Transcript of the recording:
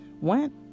went